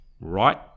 right